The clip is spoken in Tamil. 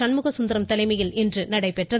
சண்முக சுந்தரம் தலைமையில் இன்று நடைபெற்றது